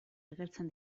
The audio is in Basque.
agertzen